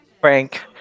Frank